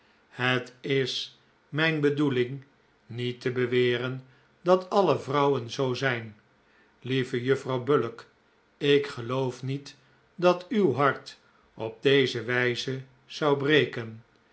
het is mijn bedoeling niet te beweren dat alle vrouwen zoo zijn lieve juffrouw bullock ik geloof niet dat uw hart op deze wijze zou breken